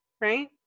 right